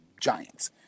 giants